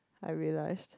I realise